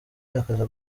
akaza